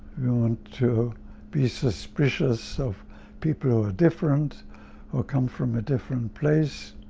we want to be suspicious of people who are different or come from a different place